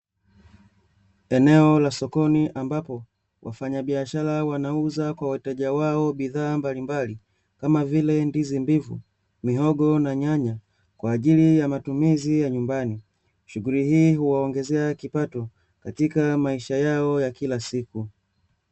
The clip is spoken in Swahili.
Eneo la sokoni ambapo wafanyabiashara wanauza kwa wateja wao bidhaa mbalimbali, kama vile: ndizi mbivu, mihogo, na nyanya; kwa ajili ya matumizi ya nyumbani. Shughuli hii huwaongezea kipato katika maisha yao ya kila siku.